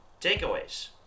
takeaways